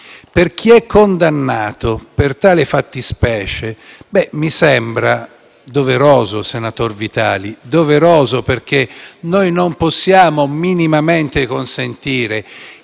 per chi è condannato per tale fattispecie, mi sembra doveroso, senatore Vitali. È doveroso, perché noi non possiamo minimamente consentire